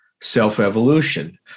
self-evolution